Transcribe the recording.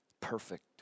perfect